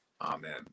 amen